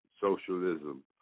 socialism